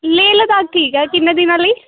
ਲੇਹ ਲੱਦਾਖ ਠੀਕ ਆ ਕਿੰਨੇ ਦਿਨਾਂ ਲਈ